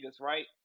right